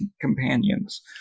companions